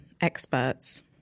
experts